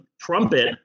trumpet